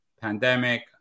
pandemic